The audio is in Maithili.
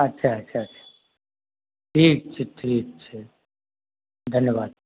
अच्छा अच्छा अच्छा ठीक छै धन्यवाद